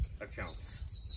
accounts